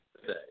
today